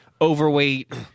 overweight